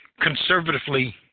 conservatively